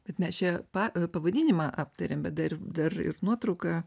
bet mes pa pavadinimą aptariam bet ir dar ir nuotrauką